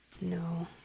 No